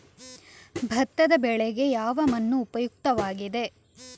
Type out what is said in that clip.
ಭತ್ತದ ಬೆಳೆಗೆ ಯಾವ ಮಣ್ಣು ಉಪಯುಕ್ತವಾಗಿದೆ?